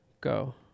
Go